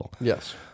Yes